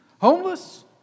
Homeless